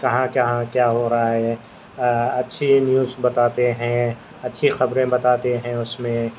کہاں کہاں کیا ہو رہا ہے اچھی نیوز بتاتے ہیں اچھی خبریں بتاتے ہیں اس میں